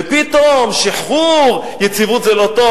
ופתאום, שחרור, יציבות זה לא טוב.